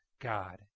God